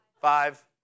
five